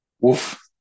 Woof